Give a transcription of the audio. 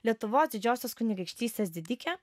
lietuvos didžiosios kunigaikštystės didikė